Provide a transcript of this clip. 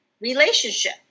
relationship